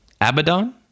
Abaddon